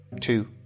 two